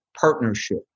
partnership